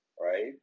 right